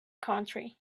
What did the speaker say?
country